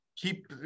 keep